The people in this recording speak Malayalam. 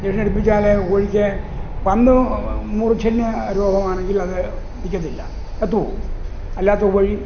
ഇൻജക്ഷൻ എടുപ്പിച്ചാൽ കോഴിക്ക് വന്ന് മൂർച്ചന്ന്യ രോഗമാണെങ്കിൽ അതു നിൽക്കത്തില്ല ചത്തുപോകും അല്ലാത്ത കോഴി